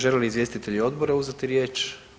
Žele li izvjestitelji odbora uzeti riječ?